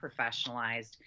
professionalized